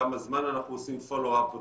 כמה זמן אנחנו עושים מעקב וכו'.